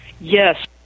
Yes